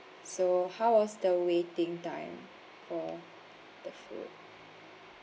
so how was the waiting time for the food